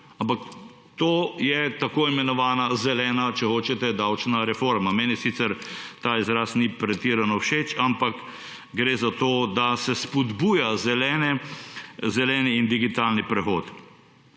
ampak to je tako imenovana zelena, če hočete davčna reforma. Meni sicer ta izraz ni pretirano všeč, ampak gre za to, da se spodbuja zeleni in digitalni prehod.